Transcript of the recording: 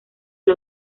del